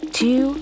two